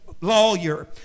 lawyer